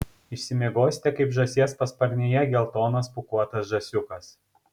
išsimiegosite kaip žąsies pasparnėje geltonas pūkuotas žąsiukas